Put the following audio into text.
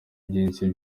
byinshi